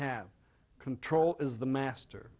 have control is the master